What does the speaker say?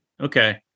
Okay